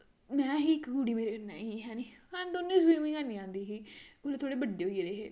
में ही मेरे कन्नै इक कुड़ी ही है नी असें दौनें गी स्विमिंग करन आंदी ही थोह्ड़े थोह्ड़े बड्डे होई गेदे हे